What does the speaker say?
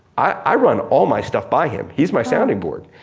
i run all my stuff by him. he's my sounding board.